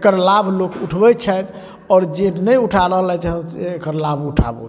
एकर लाभ लोक उठबै छथि आओर जे नहि उठा रहलथि हँ से एखन लाभ उठाबथु